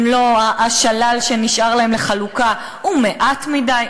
השלל שנשאר להם לחלוקה הוא מעט מדי,